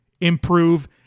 improve